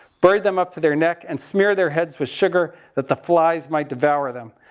buried them up to their necks and smeared their heads with sugar, that the flies might devour them.